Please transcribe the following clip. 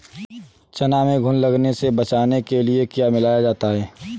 चना में घुन लगने से बचाने के लिए क्या मिलाया जाता है?